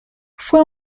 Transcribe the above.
fue